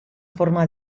forma